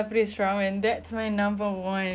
ah that's good ramen there's the